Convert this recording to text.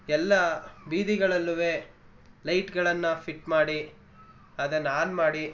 ಎಲ್ಲ ಬೀದಿಗಳಲ್ಲೂ ಲೈಟ್ಗಳನ್ನು ಫಿಟ್ ಮಾಡಿ ಅದನ್ನು ಆನ್ ಮಾಡಿ